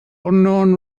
unknown